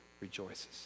rejoices